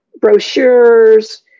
brochures